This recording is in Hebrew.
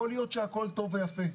יכול להיות שהכול טוב ויפה,